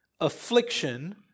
affliction